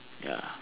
ya